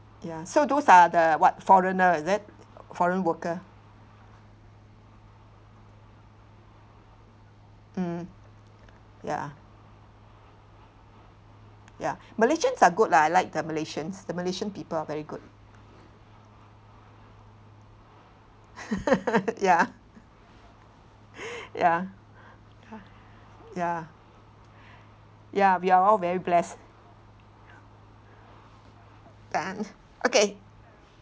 ya so those are the what foreigner is it foreign worker mm yeah yeah malaysian are good lah I like the malaysians malaysian people are very good ya ya ya we are all very blessed okay